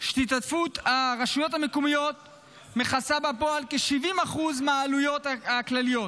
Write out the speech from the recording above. שהשתתפות הרשויות המקומיות מכסה בפועל כ-70% מהעלויות הכלליות,